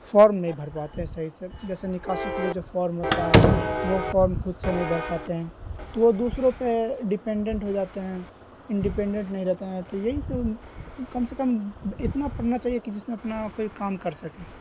form نہیں بھر پاتے ہیں صحیح سے جیسے نکاسی کے لیے جو فارم ہوتا ہے وہ فارم خود سے نہیں بھر پاتے ہیں تو وہ دوسروں پہ ڈپینڈنٹ ہو جاتے ہیں انڈپینڈنٹ نہیں رہتے ہیں تو یہی سب کم سے کم اتنا پڑھنا چاہیے کہ جس میں اپنا کوئی کام کر سکے